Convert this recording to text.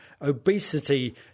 obesity